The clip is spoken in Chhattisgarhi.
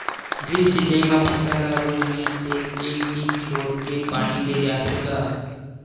ड्रिप सिचई म फसल ल रोज नइ ते एक दिन छोरके पानी दे जाथे ग